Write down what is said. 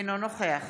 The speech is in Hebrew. אינו נוכח